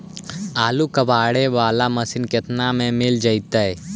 आलू कबाड़े बाला मशीन केतना में मिल जइतै?